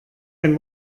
ein